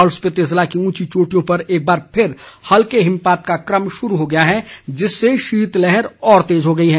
लाहौल स्पीति ज़िले की ऊंची चोटियों पर एकबार फिर हल्के हिमपात का क्रम शुरू हो गया है जिससे शीतलहर और तेज़ हो गई है